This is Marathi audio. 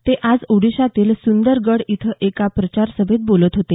ते आज ओडीशातील सुंदरगढ इथं एका प्रचार सभेत बोलत होते